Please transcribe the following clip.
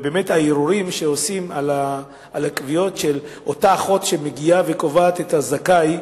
ובאמת הערעורים שעושים על הקביעות של אותה אחות שמגיעה וקובעת את הזכאי,